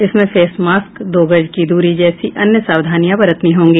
इसमें face mask दो गज की दूरी जैसी अन्य सावधानियां बरतनी होगी